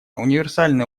универсальный